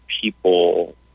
people